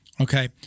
Okay